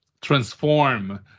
transform